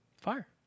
Fire